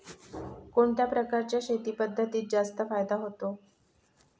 कोणत्या प्रकारच्या शेती पद्धतीत जास्त फायदा होतो?